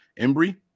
Embry